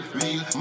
real